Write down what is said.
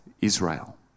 Israel